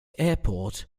airport